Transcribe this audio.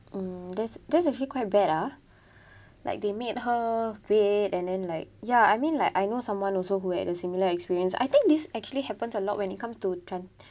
um that's that's actually quite bad ah like they made her wait and then like ya I mean like I know someone also who had a similar experience I think this actually happens a lot when it comes to tran~